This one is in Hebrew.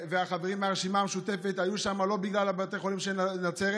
והחברים מהרשימה המשותפת היו שמה לא בגלל בתי החולים של נצרת,